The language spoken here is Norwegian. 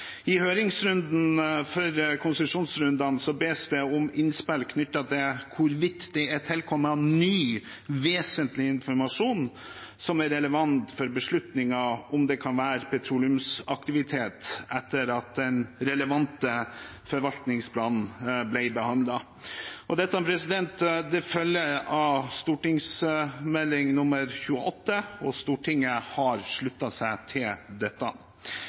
I høringsrunden for konsesjonsrundene bes det om innspill knyttet til hvorvidt det er tilkommet ny, vesentlig informasjon som er relevant for beslutningen om det kan være petroleumsaktivitet etter at den relevante forvaltningsplanen ble behandlet. Dette følger av Meld. St. 28 for 2010-2011, og Stortinget har sluttet seg til dette.